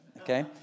okay